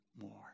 more